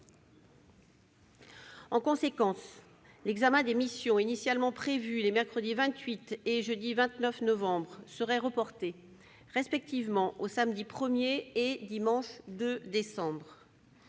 En conséquence, l'examen des missions initialement prévues les mercredi 28 et jeudi 29 novembre serait reporté, respectivement, aux samedi 1 et dimanche 2 décembre.